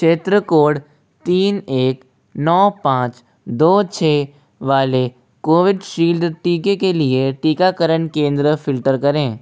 क्षेत्र कोड तीन एक नौ पाँच दो छः वाले कोविडशील्ड टीके के लिए टीकाकरण केंद्र फ़िल्टर करें